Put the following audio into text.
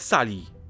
Sali